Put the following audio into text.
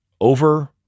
over